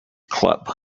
club